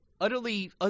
utterly